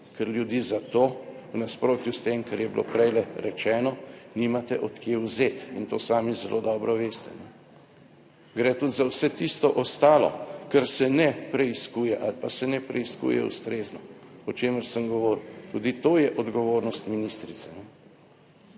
ker ljudi za to v nasprotju s tem, kar je bilo prej rečeno, nimate od kje vzeti, in to sami zelo dobro veste, gre tudi za vse tisto ostalo, kar se ne preiskuje ali pa se ne preiskuje ustrezno, o čemer sem govoril, tudi to je odgovornost ministrice.